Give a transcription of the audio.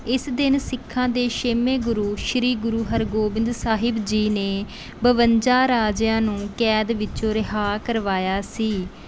ਇਸ ਦਿਨ ਸਿੱਖਾਂ ਦੇ ਛੇਵੇਂ ਗੁਰੂ ਸ਼੍ਰੀ ਗੁਰੂ ਹਰਗੋਬਿੰਦ ਸਾਹਿਬ ਜੀ ਨੇ ਬਵੰਜਾ ਰਾਜਿਆਂ ਨੂੰ ਕੈਦ ਵਿੱਚੋਂ ਰਿਹਾਅ ਕਰਵਾਇਆ ਸੀ